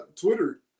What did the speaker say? Twitter